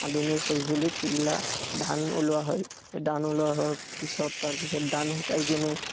আধুনিক সঁজুলিত সেইগিলা ধান ওলোৱা হয় সেই ধান ওলোৱা হোৱাৰ পিছত তাৰপিছত ধান শুকাই কিনে